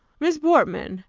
miss portman,